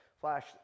flash